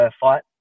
fight